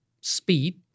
speed